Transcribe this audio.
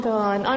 God